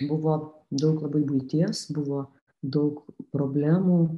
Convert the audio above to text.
buvo daug labai buities buvo daug problemų